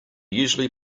usually